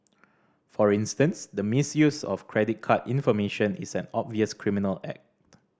for instance the misuse of credit card information is an obvious criminal act